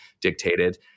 dictated